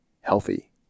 healthy